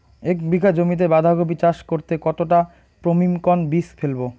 এক বিঘা জমিতে বাধাকপি চাষ করতে কতটা পপ্রীমকন বীজ ফেলবো?